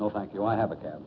of thank you i have a cat